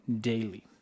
daily